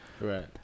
Right